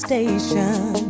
Station